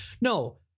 no